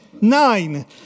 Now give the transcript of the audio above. Nine